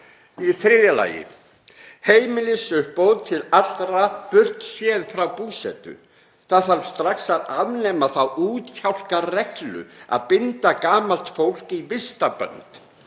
Í þriðja lagi heimilisuppbót til allra, burt séð frá búsetu. Það þarf strax að afnema þá útkjálkareglu að binda gamalt fólk í vistarbönd,